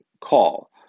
call